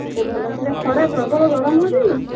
ଏତେ ଭଲ ଥିଲେ ଖରା ପ୍ରବଳ ଗରମ ହେଉଛି କି